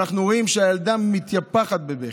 ואנחנו רואים שהילדה מתייפחת בבכי.